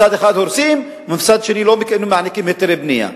מצד אחד הורסים, ומצד שני לא מעניקים היתרי בנייה.